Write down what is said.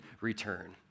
return